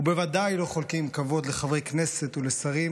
ובוודאי לא חולקין כבוד לחברי כנסת ולשרים